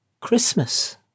christmas